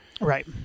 Right